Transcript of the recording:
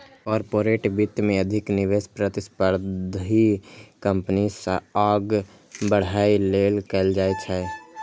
corporate वित्त मे अधिक निवेश प्रतिस्पर्धी कंपनी सं आगां बढ़ै लेल कैल जाइ छै